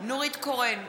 נורית קורן,